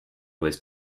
was